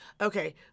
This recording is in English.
Okay